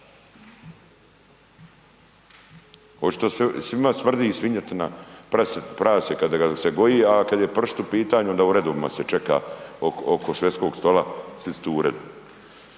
Očito svima smrdi svinjetina, prase kada ga se goji, a kada je pršut u pitanju onda u redovima se čeka oko švedskog stola svi su tu uredno.